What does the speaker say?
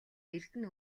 эрдэнэ